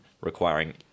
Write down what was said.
requiring